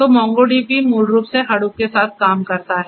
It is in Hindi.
तो MongoDB मूल रूप से Hadoop के साथ काम करता है